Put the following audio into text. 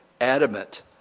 adamant